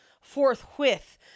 forthwith